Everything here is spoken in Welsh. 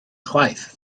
chwaith